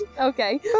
okay